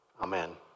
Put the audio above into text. Amen